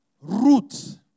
root